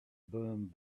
burned